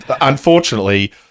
unfortunately